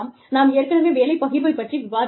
நாம் ஏற்கனவே வேலை பகிர்வைப் பற்றி விவாதித்தோம்